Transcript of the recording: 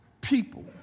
people